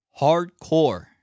Hardcore